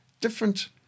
different